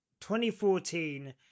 2014